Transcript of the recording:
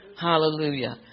Hallelujah